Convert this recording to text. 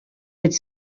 could